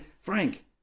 Frank